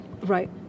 Right